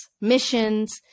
missions